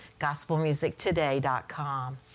gospelmusictoday.com